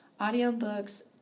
audiobooks